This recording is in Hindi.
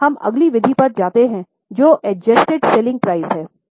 अब हम अगली विधि पर जाते हैं जो एडजस्टेड सेल्लिंग प्राइस है